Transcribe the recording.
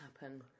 happen